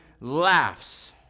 laughs